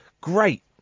great